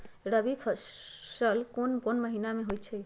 रबी फसल कोंन कोंन महिना में होइ छइ?